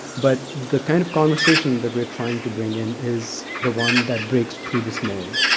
but the kind of conversation that we're trying to bring in is the one that breaks through this mold,